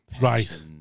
Right